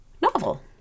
novel